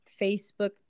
facebook